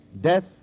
death